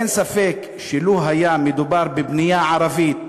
אין ספק שלו היה מדובר בבנייה ערבית